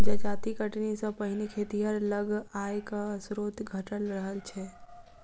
जजाति कटनी सॅ पहिने खेतिहर लग आयक स्रोत घटल रहल छै